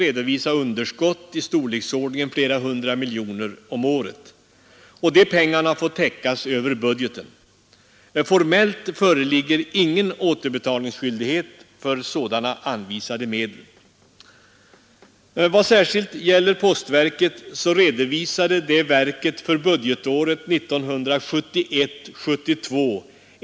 Herr Burenstam Linder var även denna gång inne på något som han har läst i tidskriften Byggnadsarbetaren. Det är ju bra att herr Burenstam Linder läser den, för det är en bra tidskrift.